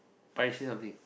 Parish say something